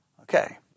Okay